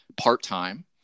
part-time